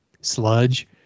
sludge